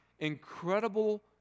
incredible